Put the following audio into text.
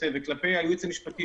וכלפי הייעוץ המשפטי,